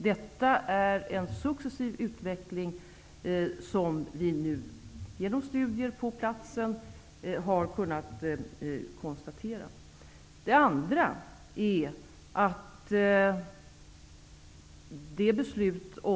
Detta är en successiv utveckling som vi genom studier på platsen har kunnat konstatera.